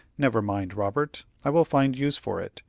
never mind, robert, i will find use for it.